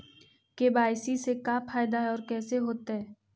KYC से का फायदा है और कैसे होतै?